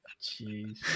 Jeez